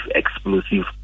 explosive